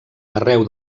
arreu